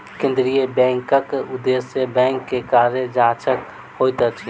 केंद्रीय बैंकक उदेश्य बैंक के कार्य जांचक होइत अछि